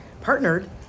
partnered